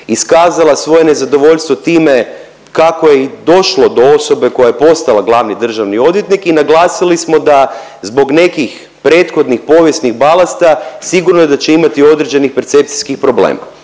iskazala svoje nezadovoljstvo time kako je i došlo do osobe koja je postala glavni državni odvjetnik i naglasili smo da zbog nekih prethodnih povijesnih balasta sigurno je da će imati određeni percepcijski problem